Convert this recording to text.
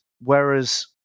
whereas